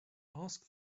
ask